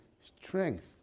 strength